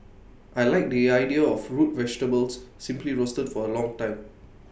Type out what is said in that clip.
I Like the idea of root vegetables simply roasted for A long time